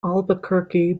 albuquerque